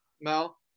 Mel